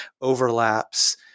overlaps